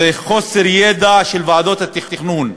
שזה חוסר ידע של ועדות התכנון,